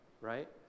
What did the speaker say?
right